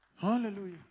Hallelujah